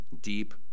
deep